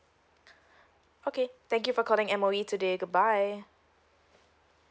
okay thank you for calling M_O_E today goodbye